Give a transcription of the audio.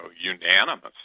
unanimous